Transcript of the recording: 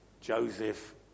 Joseph